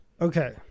Okay